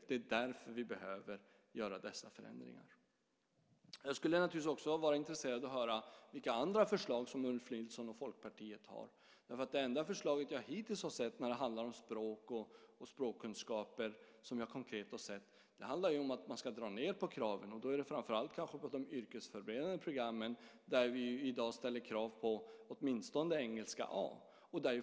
Det är därför vi behöver göra dessa förändringar. Jag är naturligtvis intresserad av att höra vilka andra förslag som Ulf Nilsson och Folkpartiet har. Det enda konkreta förslag som jag hittills har sett när det handlar om språk och språkkunskaper handlar om att man ska dra ned på kraven framför allt på de yrkesföreberedande programmen där vi i dag ställer krav på åtminstone engelska A.